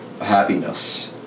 happiness